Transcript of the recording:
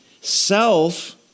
Self